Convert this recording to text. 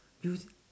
you